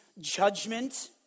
judgment